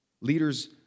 Leaders